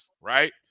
right